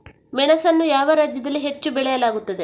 ಮೆಣಸನ್ನು ಯಾವ ರಾಜ್ಯದಲ್ಲಿ ಹೆಚ್ಚು ಬೆಳೆಯಲಾಗುತ್ತದೆ?